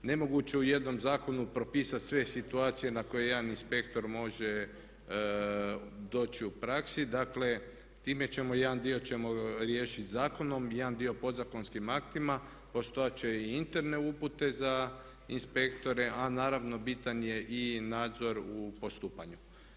Nemoguće u jednom zakonu propisati sve situacije na koje jedan inspektor može doći u praksi, dakle time ćemo, jedan dio ćemo riješiti zakonom, jedan dio podzakonskim aktima, postojat će i interne upute za inspektore a naravno bitan je i nadzor u postupanju.